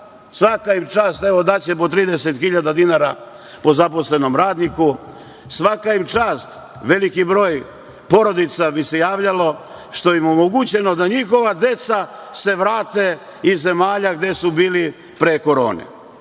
svaka im čast, evo daće po 30 hiljada dinara po zaposlenom radniku. Svaka im čast, veliki broj porodica mi se javljalo što im je omogućeno da njihova deca se vrate iz zemalja gde su bili pre korone.